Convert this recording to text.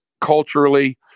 culturally